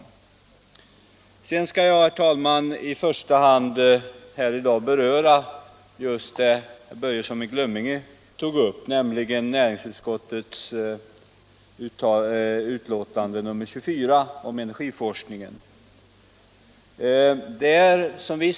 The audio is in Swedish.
pre Jag skall, herr talman, i första hand beröra vad herr Börjesson i Glöm = Särskilt tillstånd att minge tog upp, nämligen näringsutskottets betänkande nr 24 om ener = tillföra kärnreakgiforskningen.